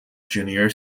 junior